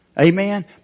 Amen